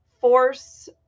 force